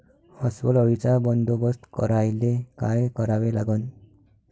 अस्वल अळीचा बंदोबस्त करायले काय करावे लागन?